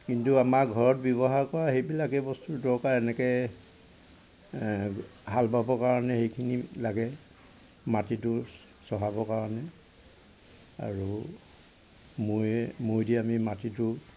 কিন্তু আমাৰ ঘৰত ব্যৱহাৰ কৰা সেইবিলাকেই বস্তু দৰকাৰ এনেকৈ হাল বাব কাৰণে সেইখিনি লাগে মাটিটো চহাবৰ কাৰণে আৰু মৈয়ে মৈ দি আমি মাটিটো